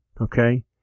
Okay